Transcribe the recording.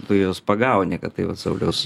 tu juos pagauni kad tai vat sauliaus